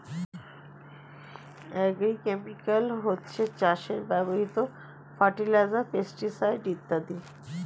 agrochemical হচ্ছে চাষে ব্যবহৃত ফার্টিলাইজার, পেস্টিসাইড ইত্যাদি